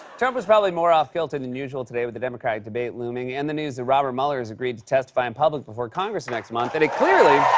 trump was probably more off kilter than usual today with the democratic debate looming and the news that robert mueller's agreed to testify in public before congress next month, and it clearly.